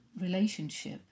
relationship